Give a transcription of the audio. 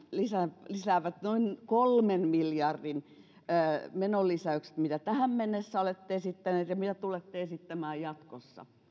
lisäävät lisäävät noin kolmen miljardin menolisäyksensä mitä tähän mennessä olette esittäneet ja mitä tulette esittämään jatkossa